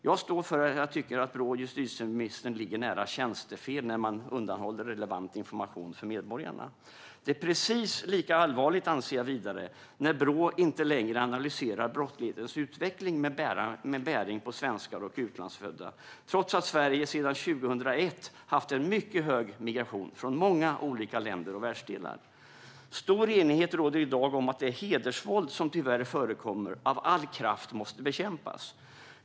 Jag står för att jag tycker att både Brå och justitieministern ligger nära tjänstefel när man undanhåller relevant information för medborgarna. Det är precis lika allvarligt, anser jag vidare, när Brå inte längre analyserar brottslighetens utveckling med bäring på svenskar och utlandsfödda trots att Sverige sedan 2001 har haft en mycket stor migration från många olika länder och världsdelar. Stor enighet råder i dag om att det hedersvåld som tyvärr förekommer måste bekämpas med all kraft.